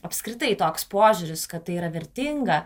apskritai toks požiūris kad tai yra vertinga